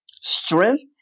strength